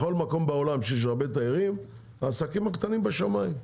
בכל מקום בעולם שיש בו הרבה תיירים העסקים הקטנים בשמיים,